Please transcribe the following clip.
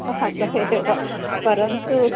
अतः अतः एव परन्तु